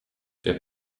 der